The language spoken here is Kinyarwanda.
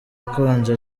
akonje